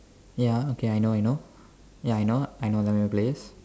ya okay I know I know ya I know I know M_M_A players